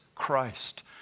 christ